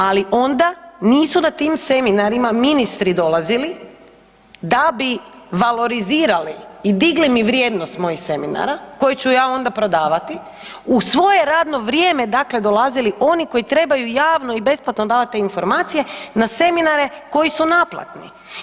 Ali onda nisu na tim seminarima ministri dolazili da bi valorizirali i digli mi vrijednost mojih seminara koje ću ja onda prodavati, u svoje radno vrijeme dakle dolazili oni koji trebaju javno i besplatno davati te informacije na seminare koji su naplatni.